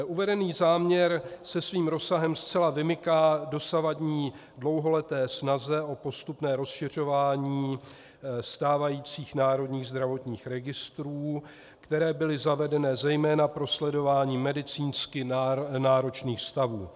Uvedený záměr se svým rozsahem zcela vymyká dosavadní dlouholeté snaze o postupné rozšiřování stávajících národních zdravotních registrů, které byly zavedeny zejména pro sledování medicínsky náročných stavů.